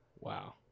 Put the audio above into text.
wow